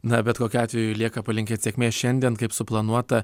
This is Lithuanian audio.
na bet kokiu atveju lieka palinkėt sėkmės šiandien kaip suplanuota